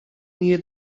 near